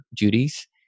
duties